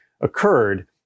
occurred